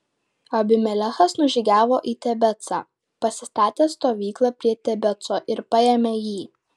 abimelechas nužygiavo į tebecą pasistatė stovyklą prie tebeco ir paėmė jį